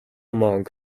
among